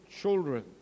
children